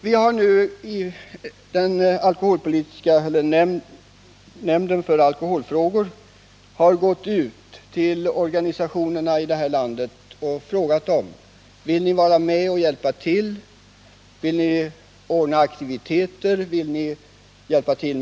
Socialstyrelsens nämnd för alkoholfrågor har gått ut med en förfrågan till organisationerna i landet om de vill ordna aktiviteter och information mot och om alkohol.